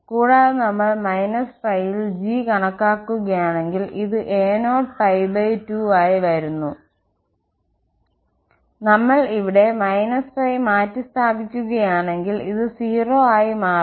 കൂടാതെ നമ്മൾ −π ൽ g കണക്കാക്കുകയാണെങ്കിൽ ഇത് a0𝞹2 ആയി വരുന്നു നമ്മൾ ഇവിടെ −π മാറ്റിസ്ഥാപിക്കുകയാണെങ്കിൽ ഇത് 0 ആയി മാറുന്നു